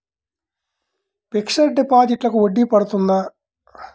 Fixed డిపాజిట్లకు వడ్డీ పడుతుందా?